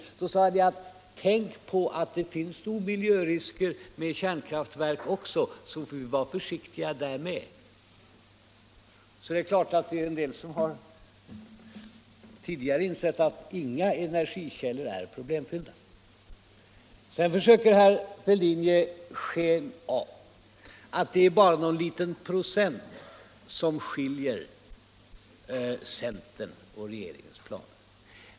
Då sade jag: Tänk på att det nog finns miljörisker med kärnkraftverk också, så vi får vara försiktiga där med! Det finns alltså en del som redan tidigare har insett att inga energikällor är problemfria. Sedan försöker herr Fälldin ge sken av att det bara är någon liten procent som skiljer centerns och regeringens planer.